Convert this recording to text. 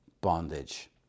bondage